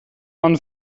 man